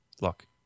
look